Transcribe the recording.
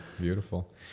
beautiful